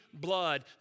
blood